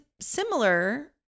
similar